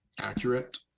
accurate